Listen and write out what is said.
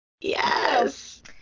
Yes